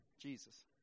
Jesus